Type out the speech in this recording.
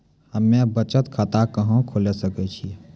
हम्मे बचत खाता कहां खोले सकै छियै?